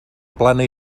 plana